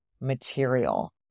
material